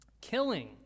Killing